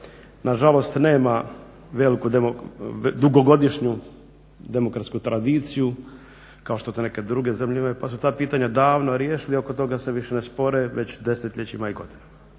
nažalost nema veliku dugogodišnju demokratsku tradiciju kao što to neke druge zemlje imaju pa su ta pitanja davno riješili i oko toga se više ne spore već desetljećima i godinama.